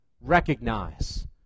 recognize